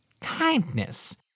kindness